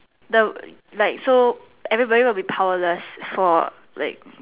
so like everybody will be powerless for like